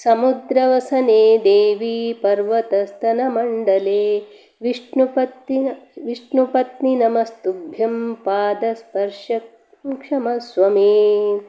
समुद्रवसने देवी पर्वतस्तनमण्डले विष्णुपत्नि विष्णुपत्नि नमस्तुभ्यं पादस्पर्श क्षमस्व मे